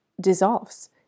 dissolves